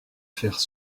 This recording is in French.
faire